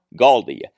Galdi